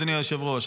אדוני היושב-ראש,